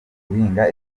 guhinga